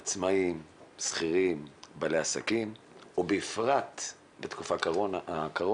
עצמאים, שכירים, בעלי עסקים ובפרט בתקופת הקורונה,